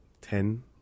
ten